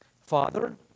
Father